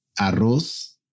Arroz